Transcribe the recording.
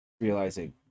realizing